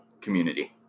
community